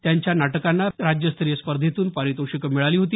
त्यांच्या नाटकांना राज्यस्तरीय स्पर्धेतून पारितोषिकं मिळाली होती